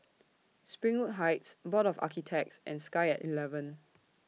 Springwood Heights Board of Architects and Sky At eleven